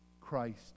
Christ